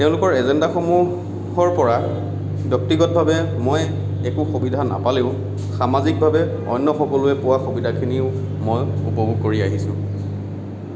তেওঁলোকৰ এজেণ্ডাসমূহৰপৰা ব্যক্তিগতভাৱে মই একো সুবিধা নাপালেও সামাজিকভাৱে অন্য সকলোৱে পোৱা সুবিধাখিনিও মই উপভোগ কৰি আহিছোঁ